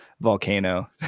volcano